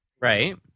Right